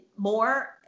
more